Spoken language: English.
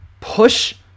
push